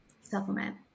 supplement